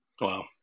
Wow